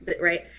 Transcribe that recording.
right